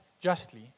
justly